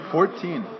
Fourteen